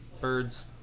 Birds